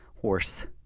horse